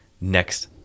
next